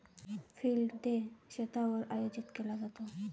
field day शेतावर आयोजित केला जातो